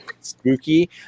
spooky